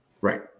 Right